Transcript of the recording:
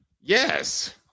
Yes